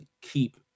keep